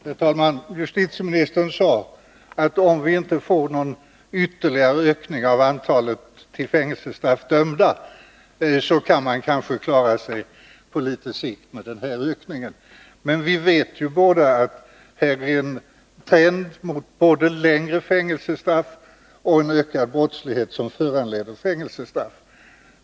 Herr talman! Justitieministern sade att om vi inte får någon ytterligare ökning av antalet till fängelsestraff dömda, så kan man kanske klara sig på lite sikt med den här ökningen. Men justitieministern och jag vet ju att här är en trend mot både längre fängelsestraff och ökad brottslighet som föranleder fängelsestraff.